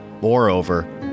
Moreover